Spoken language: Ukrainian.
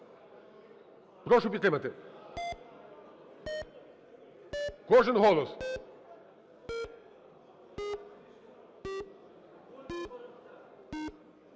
Прошу підтримати. Кожен голос.